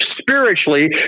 spiritually